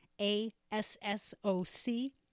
A-S-S-O-C